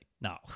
No